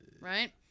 right